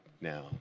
now